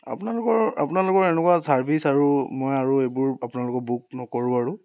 আপোনালোকৰ আপোনালোকৰ এনেকুৱা ছাৰ্ভিছ আৰু মই আৰু এইবোৰ আপোনালোকৰ বুক নকৰোঁ আৰু